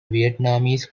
vietnamese